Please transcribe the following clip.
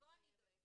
ובו אני דואגת.